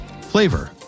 Flavor